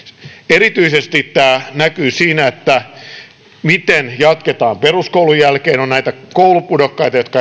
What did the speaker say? erityisesti tämä näkyy siinä miten jatketaan peruskoulun jälkeen on näitä koulupudokkaita jotka